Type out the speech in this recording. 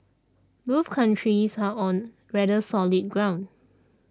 both countries are on rather solid ground